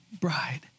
bride